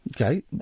Okay